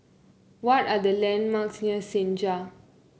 what are the landmarks near Senja